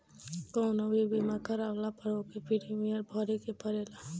कवनो भी बीमा करवला पअ ओकर प्रीमियम भरे के पड़ेला